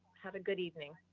have a good evening.